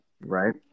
Right